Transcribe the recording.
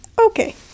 Okay